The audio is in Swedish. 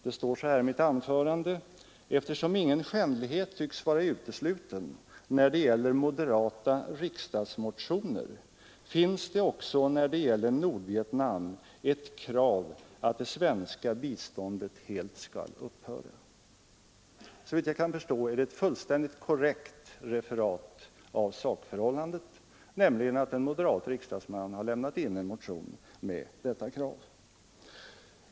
Det står så här i mitt manuskript: ”Eftersom ingen skändlighet tycks vara utesluten när det gäller moderata riksdagsmotioner finns det också när det gäller Nordvietnam ett krav att det svenska biståndet helt skall upphöra.” Såvitt jag kan förstå är detta ett helt korrekt referat av sakförhållandet, nämligen att en moderat riksdagsman har väckt en motion med detta krav.